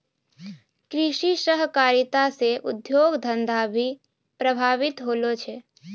कृषि सहकारिता से उद्योग धंधा भी प्रभावित होलो छै